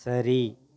சரி